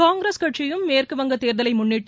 காங்கிரஸ் கட்சியும் மேற்கு வங்க தேர்தலை முன்ளிட்டு